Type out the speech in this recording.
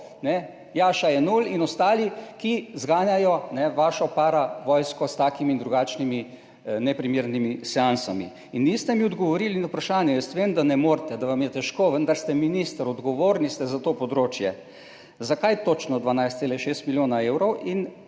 Jaša Jenull in ostali, ki zganjajo vašo paravojsko s takimi in drugačnimi neprimernimi seansami. Niste mi odgovorili na vprašanje. Jaz vem, da ne morete, da vam je težko, vendar ste minister, odgovorni ste za to področje. Zanima me: Zakaj točno 12,6 milijona evrov?